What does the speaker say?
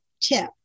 tip